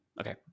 Okay